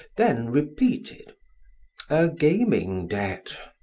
then repeated a gaming debt.